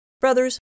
Brothers